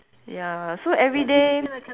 ya so everyday